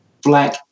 black